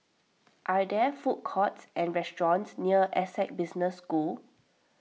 are there food courts and restaurants near Essec Business School